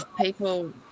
people